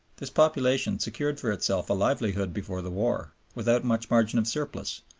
this population secured for itself a livelihood before the war, without much margin of surplus,